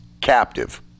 captive